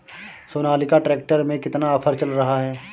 Sonalika tractor में कितना offer चल रहा है?